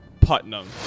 Putnam